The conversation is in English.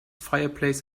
fireplace